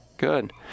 Good